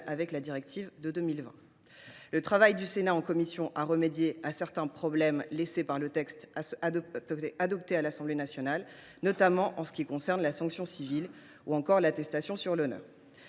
avec la directive de 2020. Le travail du Sénat en commission a remédié à certains problèmes posés par le texte adopté à l’Assemblée nationale, notamment en ce qui concerne la sanction civile ou l’attestation sur l’honneur.